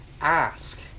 ask